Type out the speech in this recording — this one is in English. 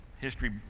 history